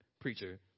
preacher